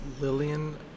Lillian